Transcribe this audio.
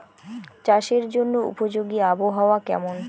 চাষের জন্য উপযোগী আবহাওয়া কেমন?